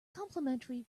complimentary